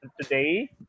today